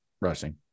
Rushing